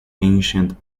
ancient